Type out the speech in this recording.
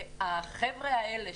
והחבר'ה האלה,